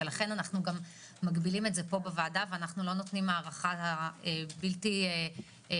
ולכן אנחנו גם מגבילים את זה פה בוועדה ולא נותנים הארכה בלתי נגמרת.